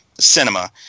cinema